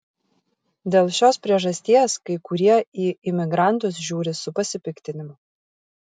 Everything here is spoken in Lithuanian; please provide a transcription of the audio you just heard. dėl šios priežasties kai kurie į imigrantus žiūri su pasipiktinimu